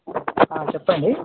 చెప్పండి